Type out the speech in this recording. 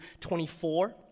24